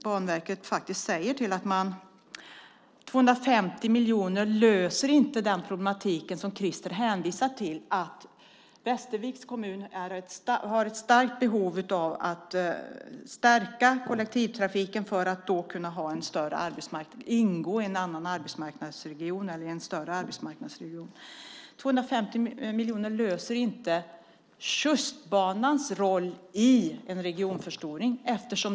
Banverket säger att 250 miljoner inte löser det problem som Krister hänvisar till. Västerviks kommun har ett starkt behov av att stärka kollektivtrafiken för att kunna ingå i en större arbetsmarknadsregion. 250 miljoner stärker inte Tjustbanans roll i en regionförstoring.